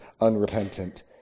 unrepentant